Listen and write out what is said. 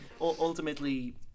ultimately